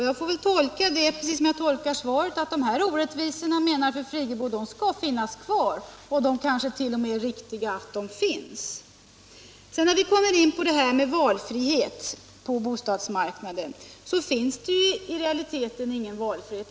Jag får väl tolka det — mer precis som jag tolkar svaret, att dessa orättvisor menar fru Friggebo skall finnas kvar, och det kanske t.o.m. är riktigt att de finns. När det gäller detta med valfrihet på bostadsmarknaden, så måste vi konstatera att det ju i realiteten inte finns någon valfrihet.